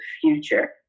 future